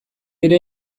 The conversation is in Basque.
ere